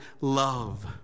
love